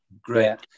great